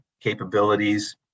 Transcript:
capabilities